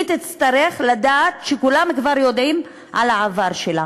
היא תצטרך לדעת שכולם כבר יודעים על העבר שלה.